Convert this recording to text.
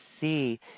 see